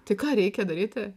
tai ką reikia daryti